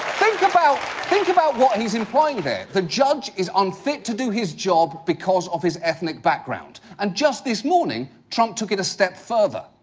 think about what he's implying there. the judge is unfit to do his job because of his ethnic background. and just his morning, trump took it a step further.